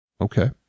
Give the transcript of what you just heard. Okay